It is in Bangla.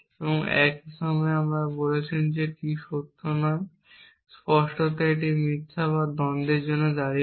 এবং একই সময়ে আপনি বলছেন যে T সত্য নয় এবং স্পষ্টতই এটি মিথ্যা বা দ্বন্দ্বের জন্য দাঁড়িয়েছে